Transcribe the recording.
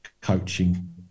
coaching